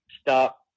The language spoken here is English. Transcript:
stop